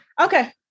Okay